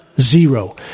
Zero